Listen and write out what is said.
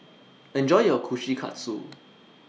Enjoy your Kushikatsu